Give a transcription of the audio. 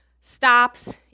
stops